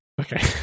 okay